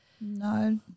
No